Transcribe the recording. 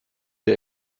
der